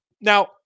now